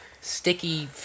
sticky